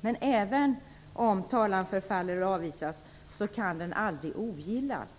Men även om talan förfaller och avvisas så kan den aldrig ogillas.